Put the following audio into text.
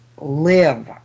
live